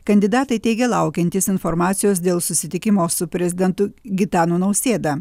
kandidatai teigia laukiantys informacijos dėl susitikimo su prezidentu gitanu nausėda